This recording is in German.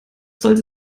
sollte